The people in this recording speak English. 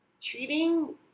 treating